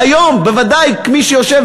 והיום, בוודאי כמי שיושב